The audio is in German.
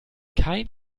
kein